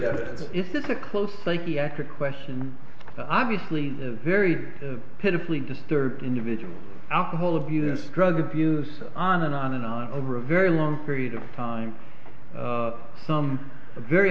that if it's a close psychiatric question obviously a very pitifully disturbed individual alcohol abuse drug abuse on and on and on over a very long period of time some very